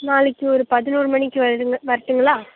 நாளைக்கு ஒரு பதினோரு மணிக்கு வருதுங்க வரட்டுங்களா